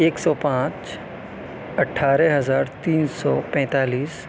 ایک سو پانچ اٹھارہ ہزار تین سو پینتالیس